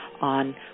on